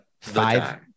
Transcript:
five